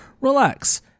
relax